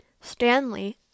Stanley